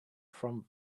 from